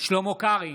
שלמה קרעי,